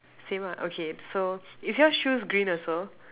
same lah okay so is yours shoes green also